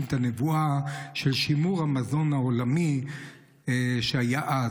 הוא הגשים את הנבואה של שימור המזון העולמי שהיה אז.